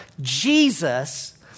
Jesus